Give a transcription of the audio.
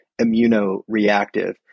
immunoreactive